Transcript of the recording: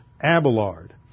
Abelard